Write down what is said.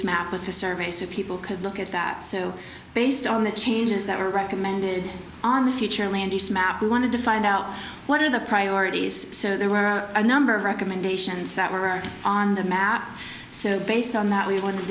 map with the surveys people could look at that so based on the changes that were recommended on the future land use map we wanted to find out what are the priorities so there were a number of recommendations that were on the map so based on that we wanted